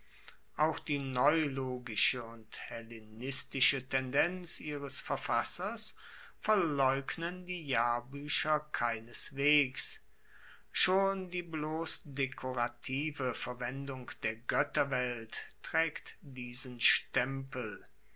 auch die neologische und hellenistische tendenz ihres verfassers verleugnen die jahrbuecher keineswegs schon die bloss dekorative verwendung der goetterwelt traegt diesen stempel